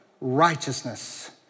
righteousness